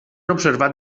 observat